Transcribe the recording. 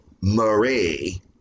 Marie